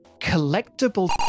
collectible